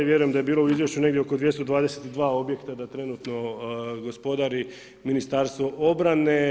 Vjerujem da je bilo u izvješću negdje oko 222 objekta da trenutno gospodari Ministarstvo obrane.